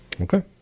Okay